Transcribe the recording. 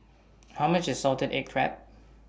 How much IS Salted Egg Crab